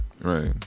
Right